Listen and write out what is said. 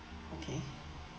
okay